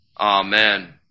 Amen